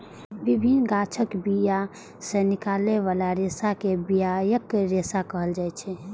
विभिन्न गाछक बिया सं निकलै बला रेशा कें बियाक रेशा कहल जाइ छै